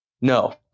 No